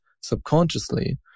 subconsciously